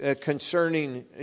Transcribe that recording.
concerning